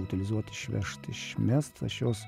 utilizuot išvežt išmest aš jos